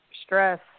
Stress